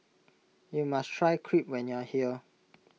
you must try Crepe when you are here